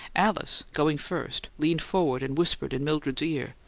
alice, going first, leaned forward and whispered in mildred's ear.